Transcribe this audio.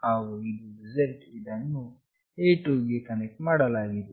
ಹಾಗು ಇದು z ಇದನ್ನು A2 ಗೆ ಕನೆಕ್ಟ್ ಮಾಡಲಾಗಿದೆ